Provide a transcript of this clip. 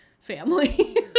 family